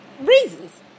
reasons